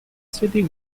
city